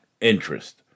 interest